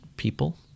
people